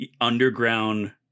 underground